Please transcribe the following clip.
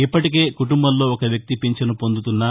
ఇప్పటికే కుటుంబంలో ఒక వ్యక్తి పింఛను పొందుతున్నా